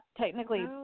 technically